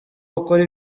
bakora